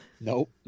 Nope